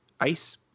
ice